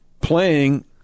playing